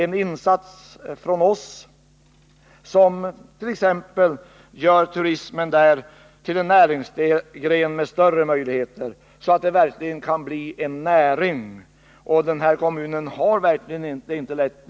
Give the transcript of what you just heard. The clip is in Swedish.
En insats från oss kan t.ex. göra turismen där till en näringsgren med större möjligheter, så att den verkligen kan bli en näring. Denna kommun har det sannerligen inte lätt nu.